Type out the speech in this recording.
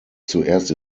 zuerst